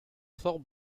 fort